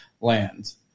lands